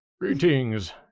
greetings